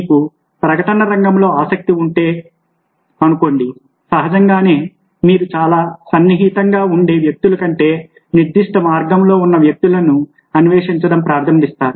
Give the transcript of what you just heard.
మీకు ప్రకటనల రంగంలో ఆసక్తి ఉంటే చెప్పనివ్వండి సహజంగానే మీరు చాలా సన్నిహితంగా ఉండే వ్యక్తుల కంటే నిర్దిష్ట మార్గములో ఉన్న వ్యక్తులను అన్వేషించడం ప్రారంభిస్తారు